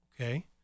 Okay